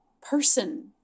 person